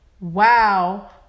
Wow